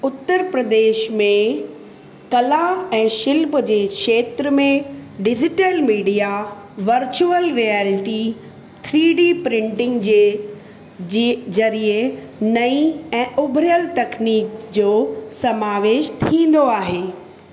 उत्तर प्रदेश में कला ऐं शिल्प जे क्षेत्र में digital media virtual reality three D printing जे जे ज़रिये नईं ऐं उभरियलु टेक्नीक जो समावेश थींदो आहे